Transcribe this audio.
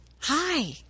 Hi